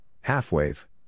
half-wave